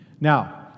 Now